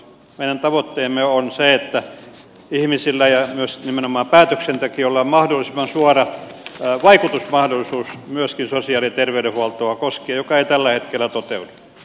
meidän tavoitteemme on se että ihmisillä ja myös nimenomaan päätöksentekijöillä on myöskin sosiaali ja terveydenhuoltoa koskien mahdollisimman suora vaikutusmahdollisuus joka ei tällä hetkellä toteudu